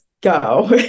go